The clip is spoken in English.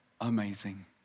amazing